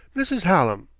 mrs. hallam,